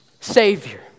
savior